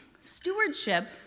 stewardship